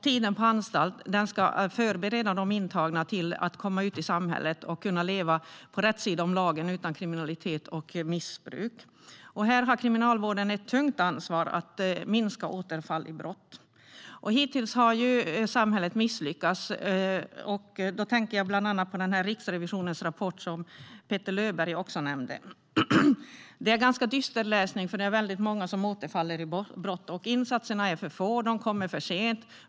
Tiden på anstalt ska förbereda de intagna för att komma ut i samhället och kunna leva på rätt sida om lagen utan kriminalitet och missbruk. Kriminalvården har ett tungt ansvar för att minska återfallen i brott. Hittills har samhället misslyckats. Jag tänker bland annat på Riksrevisionens rapport, som Petter Löberg också nämnde. Rapporten är en ganska dyster läsning, för det är väldigt många som återfaller i brott. Insatserna är för få och kommer för sent.